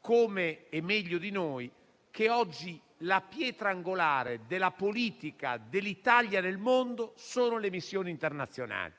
come e meglio di noi, che la pietra angolare della politica dell'Italia nel mondo sono le missioni internazionali.